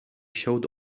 showed